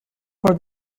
for